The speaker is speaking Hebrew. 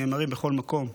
נאמרות בכל מקום.